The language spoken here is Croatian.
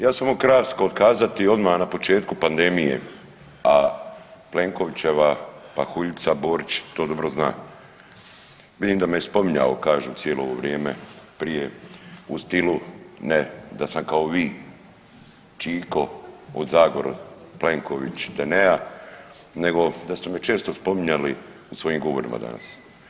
Ja ću samo kratko kazati odmah na početku pandemije, a Plenkovićeva pahuljica Borić to dobro zna, vidim da me je spominjao kažu cijelo ovo vrijeme prije u stilu ne da sam kao vi čiko od Zagoru Pleković …/nerazumljivo/… nego da ste me često spominjali u svojim govorima danas.